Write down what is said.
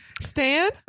Stan